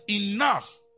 enough